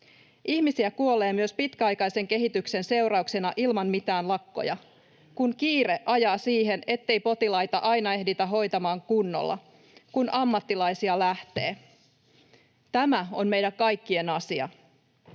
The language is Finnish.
Ihmisiä kuolee myös pitkäaikaisen kehityksen seurauksena ilman mitään lakkoja, kun kiire ajaa siihen, ettei potilaita aina ehditä hoitamaan kunnolla, kun ammattilaisia lähtee. Tämä on meidän kaikkien asia.